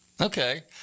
Okay